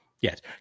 Yes